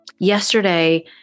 Yesterday